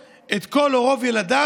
את כל או רוב ילדיו